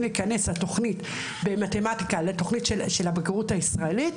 להיכנס לתכנית במתמטיקה לתכנית של הבגרות הישראלית,